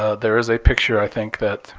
ah there is a picture, i think, that